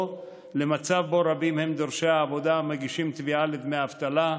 למצב שבו רבים הם דורשי העבודה המגישים תביעה לדמי אבטלה,